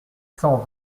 cent